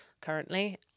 currently